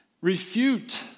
refute